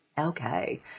Okay